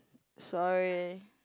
sorry